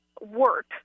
work